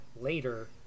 later